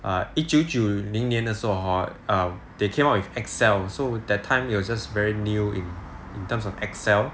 err 一九九零年的时候 hor err they came out with excel so that time it was just very new in in terms of excel